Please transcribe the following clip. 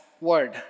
word